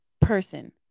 person